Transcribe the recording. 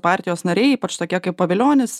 partijos nariai ypač tokie kaip pavilionis